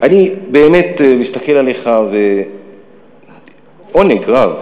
אני באמת מסתכל עליך בעונג רב,